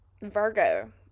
Virgo